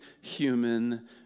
human